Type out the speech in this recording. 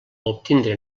obtindre